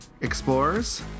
Explorers